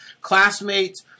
classmates